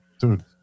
Dude